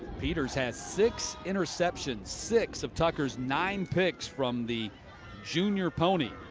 peters has six interceptions. six of tucker's nine picks from the junior pony.